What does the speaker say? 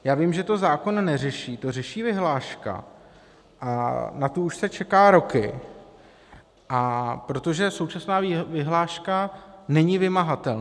Já vím, že to zákon neřeší, to řeší vyhláška, a na tu už se čeká roky, protože současná vyhláška není vymahatelná.